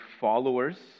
followers